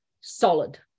solid